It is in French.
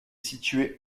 situé